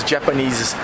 Japanese